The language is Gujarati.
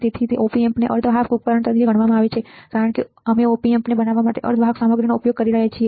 તેથી op ampને અર્ધવાહક ઉપકરણ તરીકે ગણવામાં આવે છે કારણ કે અમે op ampને બનાવવા માટે અર્ધવાહક સામગ્રીનો ઉપયોગ કરી રહ્યા છીએ